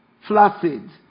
flaccid